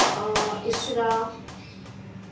اور اسریٰ